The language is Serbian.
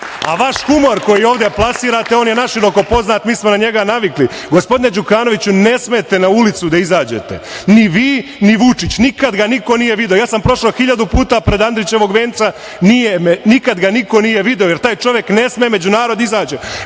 Vaš humor koji ovde plasirate on je naširoko poznat. Mi smo na njega navikli. Gospodine Đukanoviću, ne smete na ulicu da izađete, ni vi, ni Vučić. Nikada ga niko nije video. Prošao sam hiljadu puta pored Andrićevog venca, nikada ga niko nije video jer taj čovek ne sme među narod da